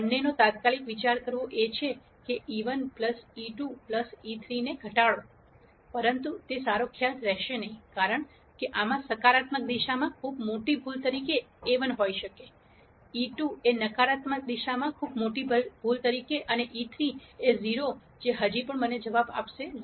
બંનેનો તાત્કાલિક વિચાર કરવો એ છે કે e1 e2 e3 ને ઘટાડવો પરંતુ તે સારો ખ્યાલ રહેશે નહીં કારણ કે આમાં સકારાત્મક દિશા માં ખૂબ મોટી ભૂલ તરીકે a₁ હોઈ શકે છે e2 એ નકારાત્મક દિશામાં ખૂબ મોટી ભૂલ તરીકે અને e3 એ 0 જે હજી પણ મને જવાબ આપશે 0